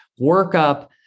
workup